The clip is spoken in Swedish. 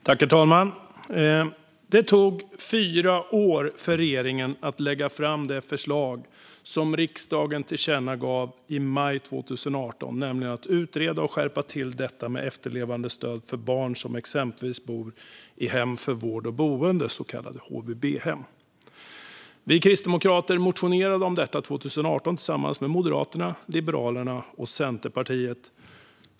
Herr talman! Det tog fyra år för regeringen att lägga fram det förslag som riksdagen tillkännagav i maj 2018, nämligen att utreda och skärpa till reglerna för efterlevandestöd för de barn som exempelvis bor i hem för vård och boende, så kallade HVB-hem. Vi kristdemokrater motionerade om detta 2018 tillsammans med Moderaterna, Liberalerna och Centerpartiet.